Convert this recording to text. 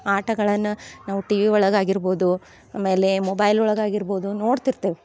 ಆಟಗಳನ್ನು ನಾವು T V ಒಳಗೆ ಆಗಿರ್ಬೋದು ಆಮೇಲೆ ಮೊಬೈಲ್ ಒಳಗಾಗಿರ್ಬೋದು ನೋಡ್ತಿರ್ತೇವೆ